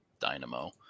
Dynamo